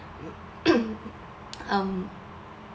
um